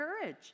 courage